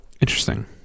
Interesting